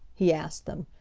he asked them.